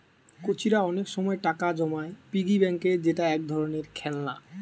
কচিরা অনেক সময় টাকা জমায় পিগি ব্যাংকে যেটা এক ধরণের খেলনা